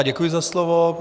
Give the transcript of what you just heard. Děkuji za slovo.